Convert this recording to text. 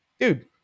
dude